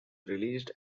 released